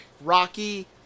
Rocky